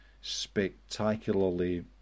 spectacularly